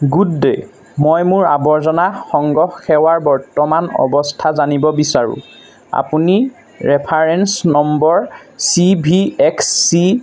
good day মই মোৰ আৱৰ্জনা সংগ্ৰহ সেৱাৰ বৰ্তমানৰ অৱস্থা জানিব বিচাৰোঁ আপুনি reference number C V X C